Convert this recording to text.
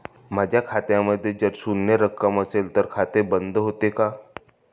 माझ्या खात्यामध्ये जर शून्य रक्कम असेल तर खाते बंद होते का?